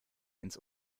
ins